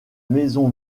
maison